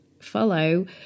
follow